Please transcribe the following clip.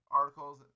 articles